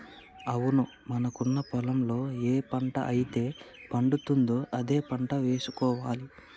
అవును మనకున్న పొలంలో ఏ పంట అయితే పండుతుందో అదే వేసుకోవాలి